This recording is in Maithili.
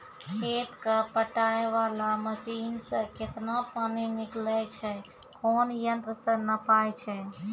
खेत कऽ पटाय वाला मसीन से केतना पानी निकलैय छै कोन यंत्र से नपाय छै